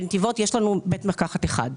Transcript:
בנתיבות יש לנו בית מרקחת אחד.